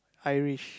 Irish